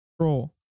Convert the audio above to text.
troll